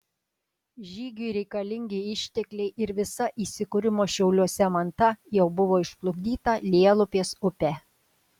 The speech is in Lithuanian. žygiui reikalingi ištekliai ir visa įsikūrimo šiauliuose manta jau buvo išplukdyta lielupės upe